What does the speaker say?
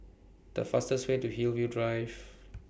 The fastest Way to Hillview Drive